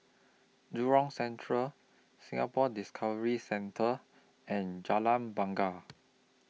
Jurong Central Singapore Discovery Centre and Jalan Bungar